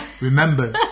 Remember